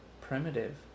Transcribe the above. primitive